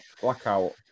blackout